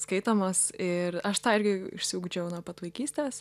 skaitomos ir aš tą irgi išsiugdžiau nuo pat vaikystės